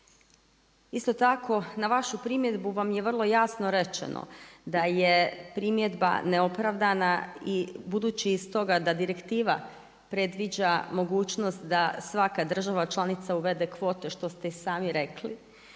Isto tako na vašu primjedbu vam je vrlo jasno rečeno, da je primjedba neopravdana i budući iz toga da direktiva predviđa mogućnost, da svaka država članica, uvede kvotu, što ste i sami rekli,